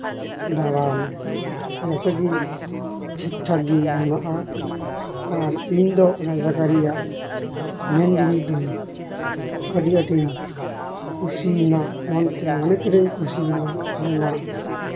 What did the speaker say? ᱫᱟᱬᱟᱱ ᱡᱚᱛᱚᱜᱮ ᱴᱷᱤᱠ ᱴᱷᱟᱠ ᱜᱮ ᱢᱮᱱᱟᱜᱼᱟ ᱟᱨ ᱤᱧᱫᱚ ᱚᱱᱟ ᱡᱟᱭᱜᱟ ᱨᱮᱭᱟᱜ ᱢᱮᱱ ᱡᱤᱱᱤᱥ ᱫᱚᱧ ᱟᱹᱰᱤ ᱟᱹᱰᱤᱧ ᱠᱩᱥᱤᱭᱮᱱᱟ ᱢᱮᱱᱛᱮ ᱢᱚᱱᱮ ᱯᱮᱨᱮᱡ ᱠᱩᱥᱤᱭᱮᱱᱟ ᱚᱱᱟ ᱨᱮᱱᱟᱜ